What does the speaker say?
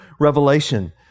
revelation